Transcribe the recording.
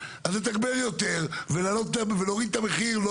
אז לתגבר יותר ולהוריד את המחיר לא